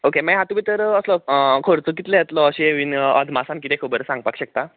okay मागीर हातूंत भितर असो खर्च कितलो येतलो अशें अदमासान कितेंय खबर सांगपाक शकता